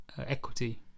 Equity